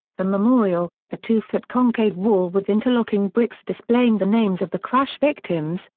the memorial, a two foot concave wall with interlocking bricks displaying the names of the crash victims,